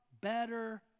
better